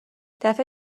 دفعه